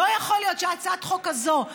לא יכול להיות שהצעת חוק כזאת,